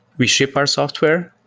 we ship our software.